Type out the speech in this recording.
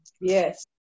Yes